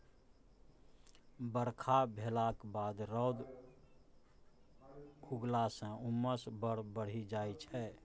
बरखा भेलाक बाद रौद उगलाँ सँ उम्मस बड़ बढ़ि जाइ छै